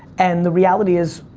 and the reality is,